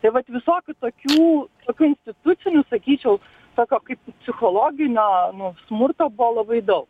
tai vat visokių tokių tokių institucinių sakyčiau tokio kaip psichologinio smurto buvo labai daug